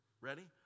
Ready